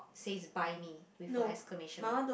says buy me with a exclamation mark